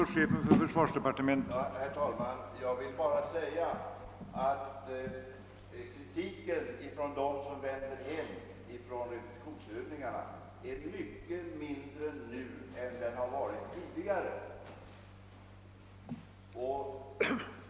Herr talman! Jag vill bara säga att kritiken från dem som vänder hem från repetitionsövningarna är mycket mindre nu än den varit tidigare.